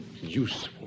useful